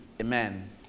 Amen